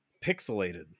pixelated